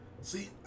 See